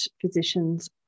physicians